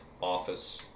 office